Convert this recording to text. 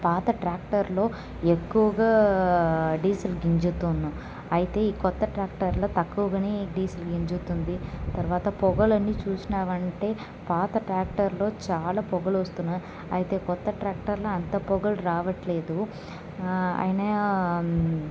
పాత ట్రాక్టర్లో ఎక్కువుగా డీసిల్ గుంజుతుంది అయితే ఈ కొత్త ట్రాక్టర్లో తక్కువుగానే డీసిల్ గుంజుతుంది తర్వాత పొగలు అన్ని చూసినామంటే పాత ట్రాక్టర్లో చాలా పొగలు వస్తున్నాయి అయితే కొత్త ట్రాక్టర్లో అంత పొగలు రావట్లేదు అయినా